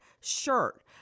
shirt